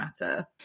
matter